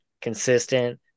consistent